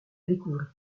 découvrit